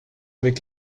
avec